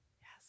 Yes